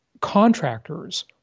contractors